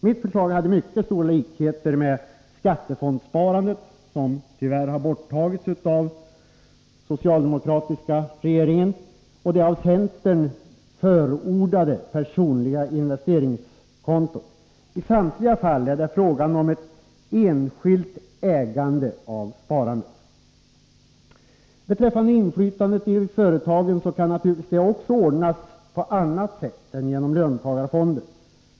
Mitt förslag hade mycket stora likheter med skattefondsparandet, som tyvärr har borttagits av den socialdemokratiska regeringen, och det av centern förordade personliga investeringskontot. I samtliga fall är det fråga om ett enskilt ägande av sparandet. Beträffande inflytande i företagen kan naturligtvis detta ordnas på annat sätt än genom löntagarfonder.